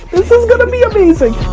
this is gonna be amazing.